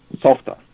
softer